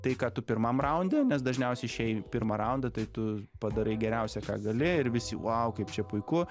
tai ką tu pirmam raunde nes dažniausiai išei pirmą raundą tai tu padarai geriausia ką gali ir visi vau kaip čia puiku